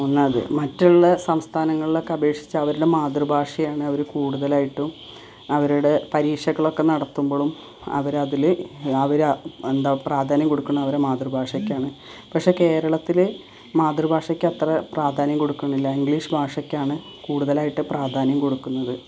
ഒന്നത് മറ്റുള്ള സംസ്ഥാനങ്ങളിലൊക്കെ അപേക്ഷിച്ച് അവരുടെ മാതൃഭാഷയാണവര് കൂടുതലായിട്ടും അവരുടെ പരീക്ഷകളൊക്കെ നടത്തുമ്പോഴും അവരതില് അവര് എന്താണ് പ്രാധാന്യം കൊടുക്കുന്നവരെ മാതൃഭാഷയ്ക്കാണ് പക്ഷെ കേരളത്തില് മാതൃഭാഷയ്ക്കത്ര പ്രാധാന്യം കൊടുക്കുന്നില്ല ഇംഗ്ലീഷ് ഭാഷയ്ക്കാണ് കൂടുതലായിട്ട് പ്രാധാന്യം കൊടുക്കുന്നത്